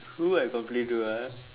who I complain to ah